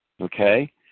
okay